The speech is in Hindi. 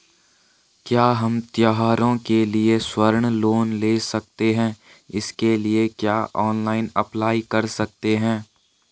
क्या हम त्यौहारों के लिए स्वर्ण लोन ले सकते हैं इसके लिए क्या ऑनलाइन अप्लाई कर सकते हैं?